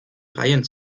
reihen